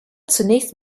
zunächst